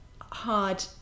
hard